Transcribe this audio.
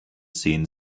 sehen